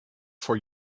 for